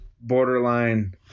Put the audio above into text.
borderline